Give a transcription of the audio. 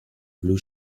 blue